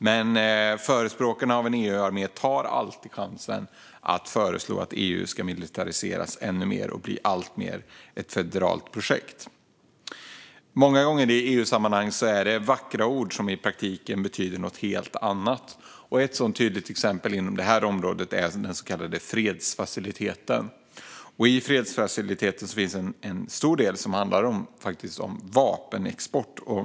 Men förespråkarna för en EU-armé tar alltid chansen att föreslå att EU ska militariseras ännu mer och bli ett alltmer federalt projekt. Många gånger i EU-sammanhang är det fråga om vackra ord som i praktiken betyder något helt annat. Ett tydligt sådant exempel inom det här området är den så kallade fredsfaciliteten. I fredsfaciliteten finns en stor del som handlar om vapenexport.